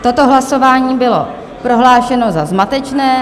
Toto hlasování bylo prohlášeno za zmatečné.